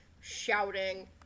shouting